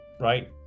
right